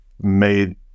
made